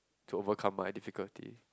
to overcome my difficulty